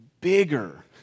bigger